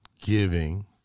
giving